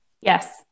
Yes